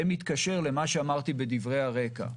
זה מתקשר למה שאמרתי בדברי הרקע.